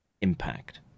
impact